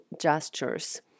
gestures